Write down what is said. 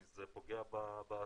כי זה פוגע בעבודה,